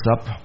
up